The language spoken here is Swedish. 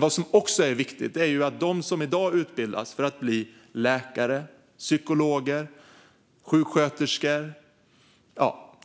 Vad som också är viktigt är att de som i dag utbildas för att bli läkare, psykologer, sjuksköterskor,